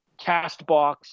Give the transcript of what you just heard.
Castbox